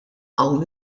hawn